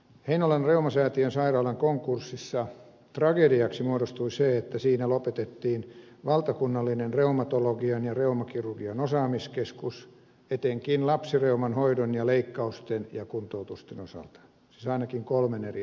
heinolan reumasäätiön sairaalan konkurssissa tragediaksi muodostui se että siinä lopetettiin valtakunnallinen reumatologian ja reumakirurgian osaamiskeskus etenkin lapsireuman hoidon ja leikkausten ja kuntoutusten osalta siis ainakin kolmen eri asian osalta